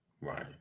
right